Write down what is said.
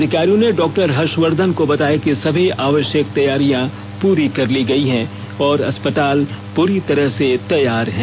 अधिकारियों ने डॉक्टर हर्षवर्धन को बताया कि सभी आवश्यक तैयारियां पूरी कर ली गई हैं और अस्पताल पूरी तरह से तैयार हैं